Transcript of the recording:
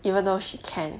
even though she can